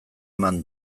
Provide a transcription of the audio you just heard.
eman